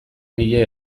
die